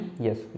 Yes